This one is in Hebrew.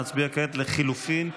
נצביע כעת על לחלופין א'.